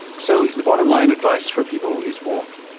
so the bottom line advice for people is what?